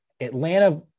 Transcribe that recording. Atlanta